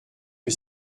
que